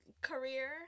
career